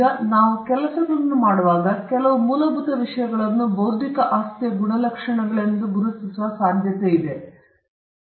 ಈಗ ನಾವು ಈ ಕೆಲಸಗಳನ್ನು ಮಾಡುವಾಗ ಕೆಲವು ಮೂಲಭೂತ ವಿಷಯಗಳನ್ನು ಬೌದ್ಧಿಕ ಆಸ್ತಿಯ ಗುಣಲಕ್ಷಣಗಳೆಂದು ನಾವು ಗುರುತಿಸುವ ಸಾಧ್ಯತೆಯಿದೆ ಎಂದು ನಾವು ಕಂಡುಕೊಳ್ಳುತ್ತೇವೆ